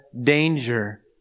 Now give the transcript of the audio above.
danger